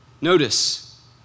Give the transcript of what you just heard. Notice